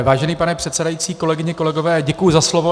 Vážený pane předsedající, kolegyně, kolegové, děkuji za slovo.